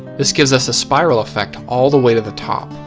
this gives us a spiral effect all the way to the top.